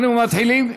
אנחנו מתחילים,